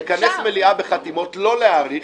לא להאריך,